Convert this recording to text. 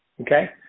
Okay